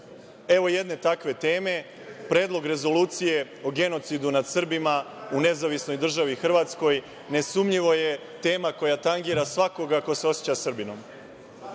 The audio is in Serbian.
jedne takve teme, Predlog Rezolucije o genocidu nad Srbima u Nezavisnoj državi Hrvatskoj, nesumnjivo je tema koja tangira svakoga ko se oseća Srbinom.